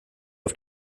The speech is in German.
auf